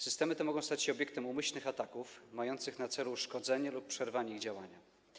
Systemy te mogą stać się obiektem umyślnych ataków mających na celu ich uszkodzenie lub przerwanie ich działania.